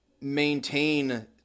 maintain